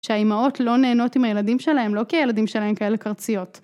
שהאימהות לא נהנות עם הילדים שלהם, לא כי הילדים שלהם כאלה קרציות.